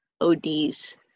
ODs